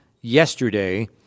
yesterday